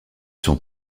sont